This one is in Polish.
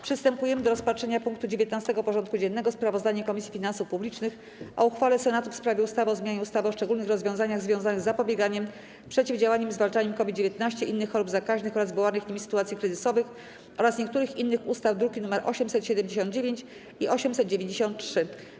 Przystępujemy do rozpatrzenia punktu 19. porządku dziennego: Sprawozdanie Komisji Finansów Publicznych o uchwale Senatu w sprawie ustawy o zmianie ustawy o szczególnych rozwiązaniach związanych z zapobieganiem, przeciwdziałaniem i zwalczaniem COVID-19, innych chorób zakaźnych oraz wywołanych nimi sytuacji kryzysowych oraz niektórych innych ustaw (druki nr 879 i 893)